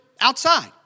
outside